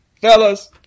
fellas